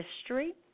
history